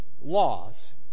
laws